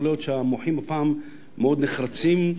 יכול להיות שהמוחים הפעם מאוד נחרצים,